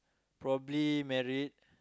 probably married